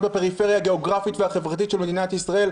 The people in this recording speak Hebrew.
בפריפריה הגאוגרפית והחברתית של מדינת ישראל,